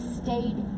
stayed